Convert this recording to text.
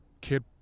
kid